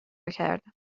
کردم